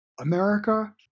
America